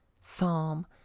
Psalm